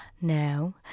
Now